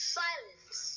silence